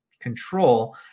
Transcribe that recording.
control